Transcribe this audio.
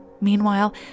Meanwhile